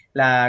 la